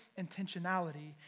intentionality